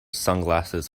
sunglasses